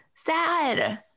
sad